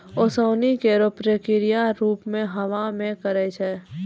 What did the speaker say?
ओसौनी केरो प्रक्रिया सूप सें हवा मे करै छै